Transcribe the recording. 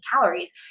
calories